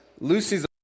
Lucy's